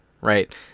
right